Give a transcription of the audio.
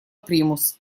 примус